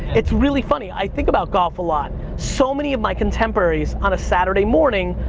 it's really funny, i think about golf a lot. so many of my contemporaries, on a saturday morning,